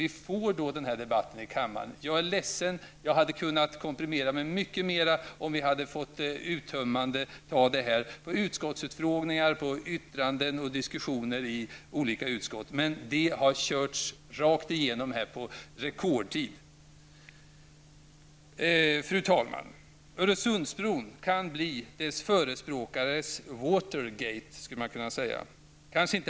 Vi får då den här debatten i kammaren. Jag är ledsen, jag hade kunnat komprimera mig mycket mer om vi hade kunnat ta upp det här uttömande på utskottsutfrågningar, i yttranden och diskussioner i olika utskott. Men detta har körts rakt igenom på rekordtid. Fru talman! Öresundsbron kan bli dess förespråkares Watergate.